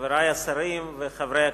חברי השרים וחברי הכנסת,